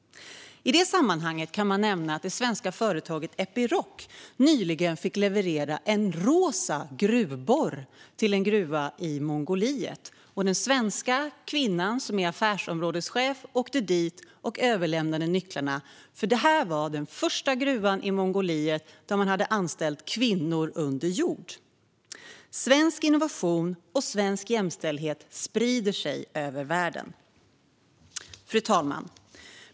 I det sammanhanget kan nämnas att det svenska företaget Epiroc nyligen fick leverera en rosa gruvborr till en gruva i Mongoliet. Den svenska kvinnan som är affärsområdeschef åkte dit och överlämnade nycklarna, för det här var den första gruvan i Mongoliet som hade anställt kvinnor för att jobba under jord. Svensk innovation och svensk jämställdhet sprider sig över världen. Fru talman!